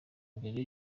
mbere